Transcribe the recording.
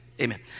Amen